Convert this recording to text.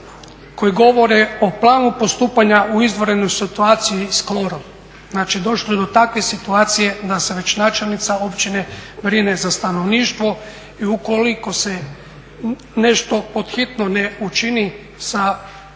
koji govore o planu postupanja u izvanrednoj situaciji s klorom. Znači došlo je do takve situacije da se već načelnica općine brine za stanovništvo i ukoliko se nešto pod hitno ne učini sa tim